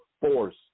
force